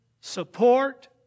support